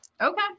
Okay